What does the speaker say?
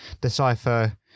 decipher